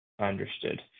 understood